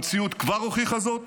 המציאות כבר הוכיחה זאת